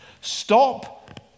Stop